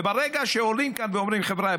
וברגע שעולים לכאן ואומרים: חבריא,